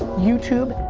youtube,